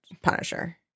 Punisher